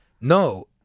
no